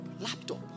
laptop